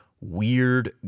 weird